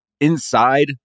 inside